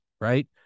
right